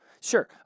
Sure